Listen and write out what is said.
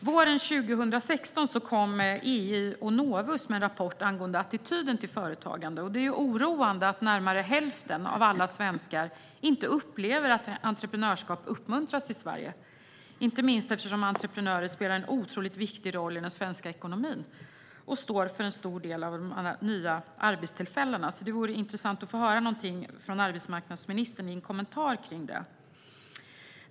Våren 2016 kom EY och Novus med en rapport angående attityden till företagande. Det är oroande att närmare hälften av alla svenskar inte upplever att entreprenörskap uppmuntras i Sverige, inte minst eftersom entreprenörer spelar en otroligt viktig roll i den svenska ekonomin och står för en stor del av de nya arbetstillfällena. Det vore intressant att höra en kommentar från arbetsmarknadsministern om det.